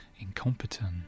incompetent